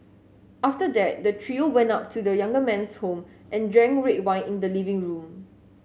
after that the trio went up to the younger man's home and drank red wine in the living room